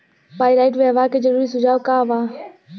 Pyrite व्यवहार के जरूरी सुझाव का वा?